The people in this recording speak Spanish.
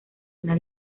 una